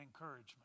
encouragement